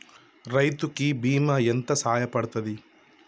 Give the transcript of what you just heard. రైతు కి బీమా ఎంత సాయపడ్తది?